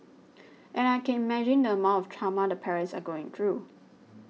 and I can imagine the amount of trauma the parents are going through